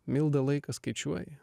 milda laiką skaičiuoji